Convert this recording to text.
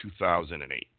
2008